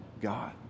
God